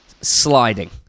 sliding